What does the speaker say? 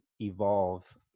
evolve